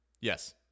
yes